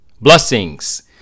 Blessings